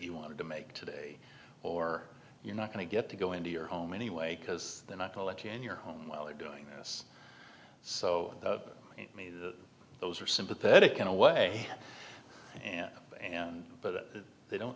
you wanted to make today or you're not going to get to go into your home anyway because they're not to let you in your home while they're doing this so those are sympathetic and away and and but they don't